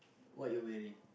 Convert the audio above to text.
what you wearing